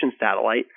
satellite